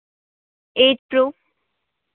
eight pro